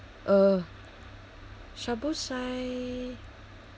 uh shabu sai